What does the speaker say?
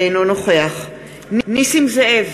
אינו נוכח נסים זאב,